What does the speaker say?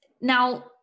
now